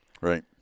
right